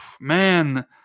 man